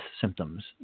symptoms